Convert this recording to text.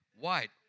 white